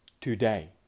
today